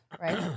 right